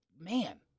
man